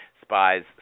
spies